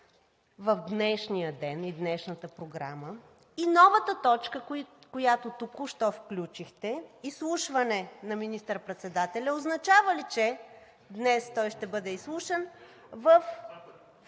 в днешния ден и днешната програма, и новата точка, която току-що включихте – изслушване на министър-председателя, означава ли, че днес той ще бъде изслушан, във